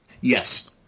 Yes